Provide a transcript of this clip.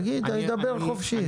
דבר חופשי.